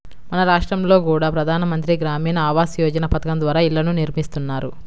మన రాష్టంలో కూడా ప్రధాన మంత్రి గ్రామీణ ఆవాస్ యోజన పథకం ద్వారా ఇళ్ళను నిర్మిస్తున్నారు